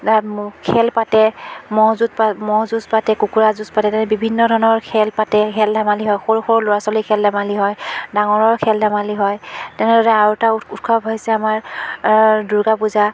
তাত ম'হ খেল পাতে ম'হ যুঁত পাত ম'হ যুঁজ পাতে কুকুৰা যুঁজ পাতে তাতে বিভিন্ন ধৰণৰ খেল পাতে খেল ধেমালি হয় সৰু সৰু ল'ৰা ছোৱালীৰ খেল ধেমালি হয় ডাঙৰৰ খেল ধেমালি হয় তেনেদৰে আৰু এটা উৎ উৎসৱ হৈছে আমাৰ দুৰ্গা পূজা